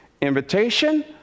invitation